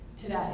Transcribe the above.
today